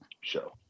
show